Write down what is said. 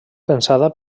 pensada